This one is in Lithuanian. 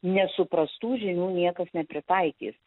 nesuprastų žinių niekas nepritaikys